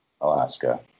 Alaska